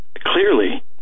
clearly